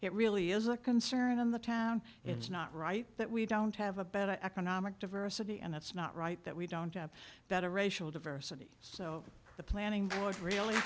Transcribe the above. it really is a concern in the town it's not right that we don't have a better economic diversity and it's not right that we don't have better racial diversity so the planning board really